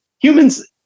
humans